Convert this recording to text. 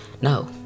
no